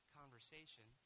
conversation